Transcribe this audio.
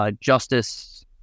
Justice